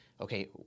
okay